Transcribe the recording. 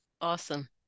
Awesome